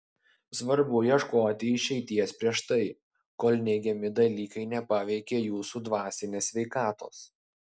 svarbu ieškoti išeities prieš tai kol neigiami dalykai nepaveikė jūsų dvasinės sveikatos